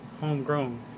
homegrown